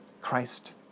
Christ